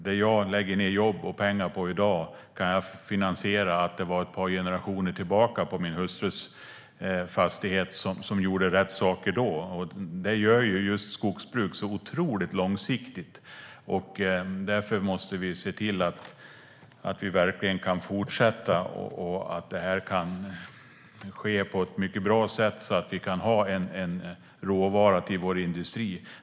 Det jag lägger ned jobb och pengar på i dag kan jag finansiera genom att man gjorde rätt saker på min hustrus fastighet ett par generationer tillbaka. Därför måste vi verkligen se till att vi kan fortsätta på ett mycket bra sätt, så att vi har råvara till vår industri.